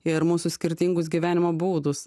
ir mūsų skirtingus gyvenimo būdus